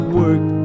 work